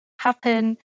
happen